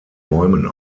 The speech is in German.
bäumen